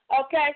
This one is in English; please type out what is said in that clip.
Okay